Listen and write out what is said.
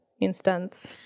instance